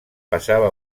passava